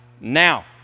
now